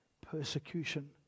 persecution